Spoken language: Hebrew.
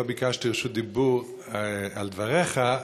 לא ביקשתי רשות דיבור על דבריך,